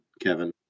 Kevin